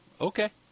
Okay